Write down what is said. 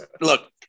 Look